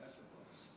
מהיושב-ראש.